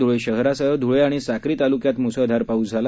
ध्ळे शहरासह ध्ळे आणि साक्री ताल्क्यात म्सळधार पाऊस झाला